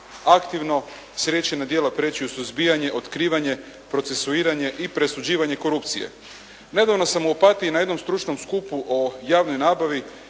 aktivno s riječi na djela prijeći u suzbijanje, otkrivanje, procesuiranje i presuđivanje korupcije. Nedavno sam u Opatiji na jednom stručnom skupu o javnoj nabavi